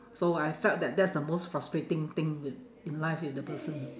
so I felt that that's the most frustrating thing in life with the person